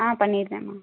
ஆ பண்ணிடுறேம்மா